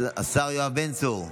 ישיב השר יואב בן צור.